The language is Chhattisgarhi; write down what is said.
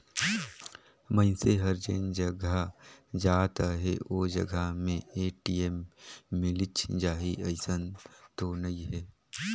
मइनसे हर जेन जघा जात अहे ओ जघा में ए.टी.एम मिलिच जाही अइसन तो नइ हे